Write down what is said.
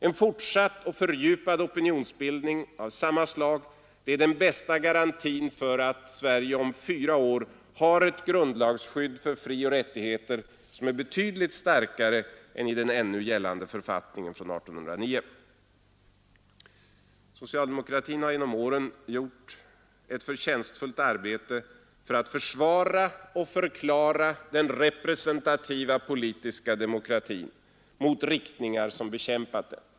En fortsatt och fördjupad opinionsbildning av samma slag är den bästa garantin för att Sverige om fyra år har ett grundlagsskydd för frioch rättigheter som är betydligt starkare än i den ännu gällande författningen från 1809. Socialdemokratin har genom åren gjort ett förtjänstfullt arbete för att försvara och förklara den representativa politiska demokratin gentemot riktningar som bekämpat den.